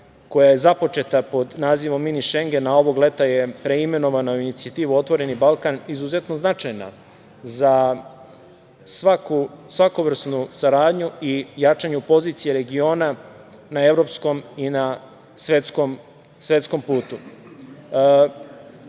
koja je započeta pod nazivom „Mini šengen“, a ovog leta je preimenovana u inicijativu „Otvoreni Balkan“, izuzetno značajna za svakovrsnu saradnju i jačanju pozicije regiona na evropskom i na svetskom putu. Što